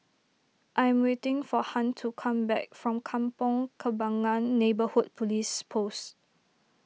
I am waiting for Hunt to come back from Kampong Kembangan Neighbourhood Police Post